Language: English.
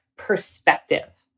Perspective